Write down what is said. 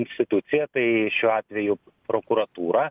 institucija tai šiuo atveju prokuratūra